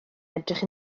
edrych